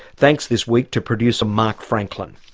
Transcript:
thanks this week to producer mark franklin.